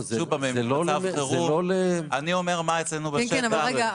אני אומר מה אצלנו בשטח.